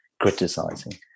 criticizing